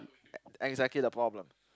ex~ exactly the problem